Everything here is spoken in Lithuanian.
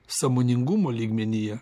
sąmoningumo lygmenyje